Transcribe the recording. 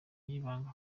y’ibanga